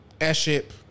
Airship